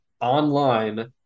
online